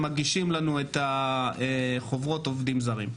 מגישים לנו את חוברות העובדים הזרים.